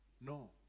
no